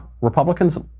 Republicans